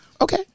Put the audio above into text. Okay